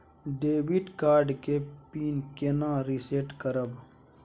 Debit card के PIN केना reset करब?